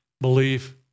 Belief